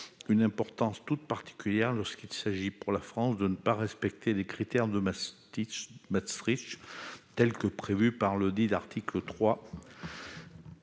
une importance toute particulière lorsqu'il s'agit, pour la France, de ne pas respecter les critères de Maastricht prévus par ledit article 3